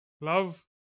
love